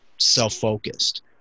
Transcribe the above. self-focused